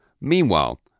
Meanwhile